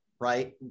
right